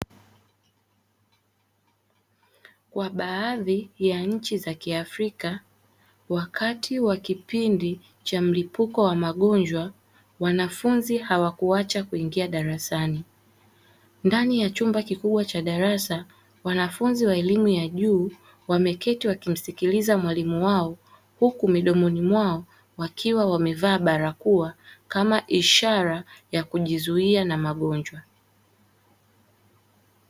Kwa baadhi ya nchi za kiafrika ,wakati wa kipindi cha mlipuko wa magonjwa wanafunzi hawakuacha kuingia darasani, ndani ya chumba kikubwa cha darasa wanafunzi wa elimu ya juu wameketi wakimsikiliza mwalimu wao huku midomoni mwao wakiwa wamevaa barakoa kama ishara ya kujizuia na magonjwa.